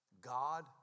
God